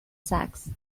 sax